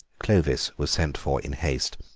clovis was sent for in haste,